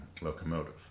locomotive